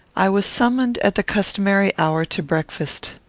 i was summoned at the customary hour to breakfast.